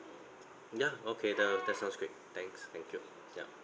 ya okay that were that sounds great thanks thank you ya